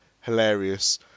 hilarious